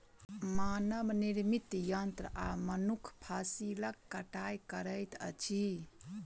मानव निर्मित यंत्र आ मनुख फसिलक कटाई करैत अछि